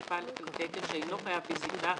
סעיף א לתקן, שאינו חייב בבדיקה,